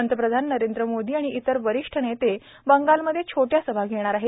पंतप्रधान नरेंद्र मोदी आणि इतर वरिष्ठ नेते बंगालमध्ये छोट्या सभा घेणार आहेत